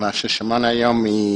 ששמענו היום מפרופ'